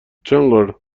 چندلر